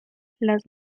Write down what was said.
las